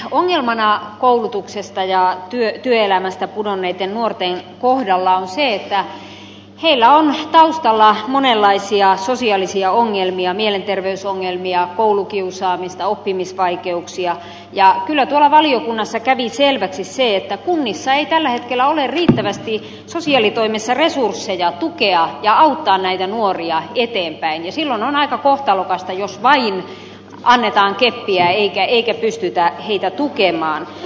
ongelmana koulutuksesta ja työelämästä pudonneitten nuorten kohdalla on se että heillä on taustalla monenlaisia sosiaalisia ongelmia mielenterveysongelmia koulukiusaamista oppimisvaikeuksia ja kyllä tuolla valiokunnassa kävi selväksi se että kunnissa ei tällä hetkellä ole riittävästi sosiaalitoimessa resursseja tukea ja auttaa näitä nuoria eteenpäin ja silloin on aika kohtalokasta jos vain annetaan keppiä eikä pystytä heitä tukemaan